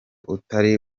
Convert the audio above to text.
utari